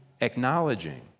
acknowledging